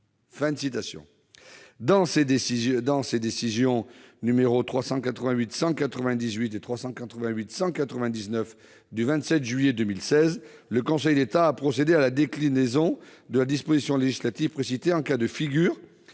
Dans ses décisions n 388198 et 388199 du 27 juillet 2016, le Conseil d'État a procédé à la déclinaison de la disposition législative précitée, dans le cas de figure